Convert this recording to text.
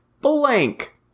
blank